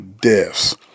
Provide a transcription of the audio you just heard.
Deaths